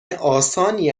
آسانی